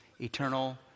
eternal